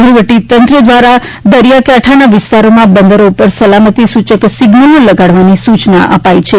વહિવટીતંત્ર દ્વારા દરિયાકાંઠાના વિસ્તારમાં બંદરો ઉપર સલામતી સૂચક સિઝ્નલો લગાડવાની સૂચના અપાઇ છે